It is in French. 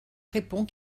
répond